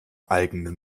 eigene